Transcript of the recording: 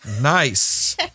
nice